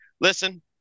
listen